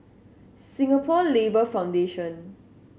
Singapore Labour Foundation